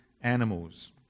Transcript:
animals